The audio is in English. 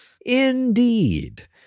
Indeed